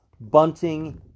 bunting